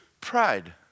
pride